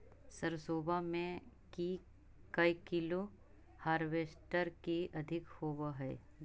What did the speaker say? सरसोबा मे की कैलो हारबेसटर की अधिक होब है?